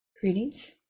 Greetings